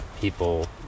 people